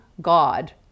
God